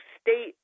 state